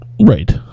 Right